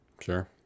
Sure